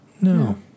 No